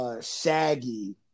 Shaggy